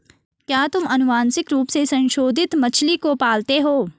क्या तुम आनुवंशिक रूप से संशोधित मछली को पालते हो?